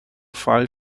file